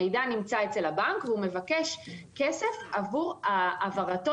המידע נמצא אצל הבנק והוא מבקש כסף עבור העברתו